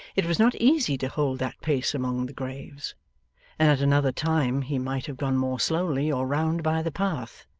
it was not easy to hold that pace among the graves, and at another time he might have gone more slowly, or round by the path.